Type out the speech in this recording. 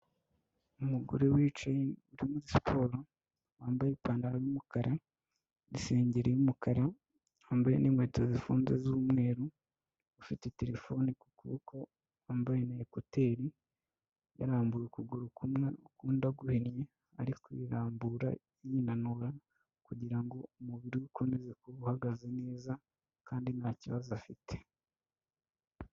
Umugore wicaye uri muri siporo, wambaye ipantaro y'umukara n'isengeri y'umukara, wambaye n'inkweto zifunze z'umweru, ufite terefone ku kuboko, wambaye na ekuteri, yarambuye ukuguru kumwe ukundi aguhinnye, ari kwirambura, yinanura kugira ngo umubiri we ukomeze kuba uhagaze neza kandi nta kibazo afite.